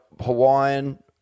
Hawaiian